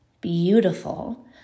beautiful